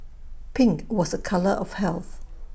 pink was A colour of health